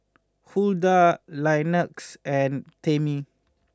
Huldah Linus and Tammie